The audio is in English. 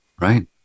Right